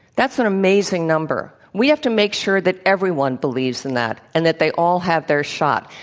that's an amazing number. we have to make sure that everyone believes in that and that they all have their shot.